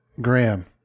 Graham